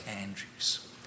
Andrews